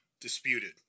disputed